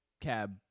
Cab